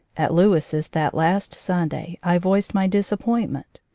at lewis's that last sunday i voiced my disappointment.